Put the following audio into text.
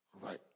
right